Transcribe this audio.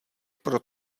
pro